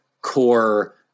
core